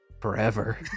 Forever